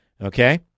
Okay